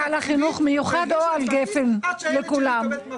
החינוך המיוחד או על גפן לכולם?